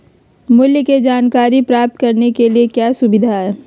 मूल्य के जानकारी प्राप्त करने के लिए क्या क्या सुविधाएं है?